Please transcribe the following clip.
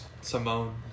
Simone